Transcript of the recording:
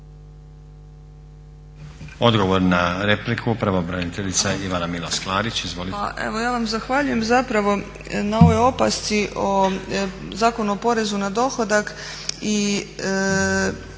Odgovor na repliku pravobraniteljica Ivana Milas Klarić. **Milas Klarić, Ivana** Pa evo ja vam zahvaljujem zapravo na ovoj opasci o Zakonu o porezu na dohodak i